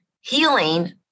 healing